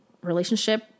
relationship